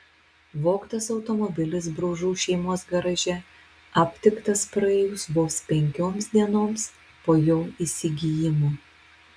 vogtas automobilis bružų šeimos garaže aptiktas praėjus vos penkioms dienoms po jo įsigijimo